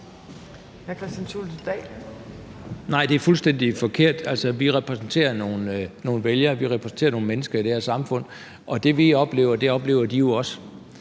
Nej, det er fuldstændig forkert. Vi repræsenterer nogle vælgere, vi repræsenterer nogle mennesker i det her samfund, og det, vi oplever, oplever de jo også.